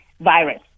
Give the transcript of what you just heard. virus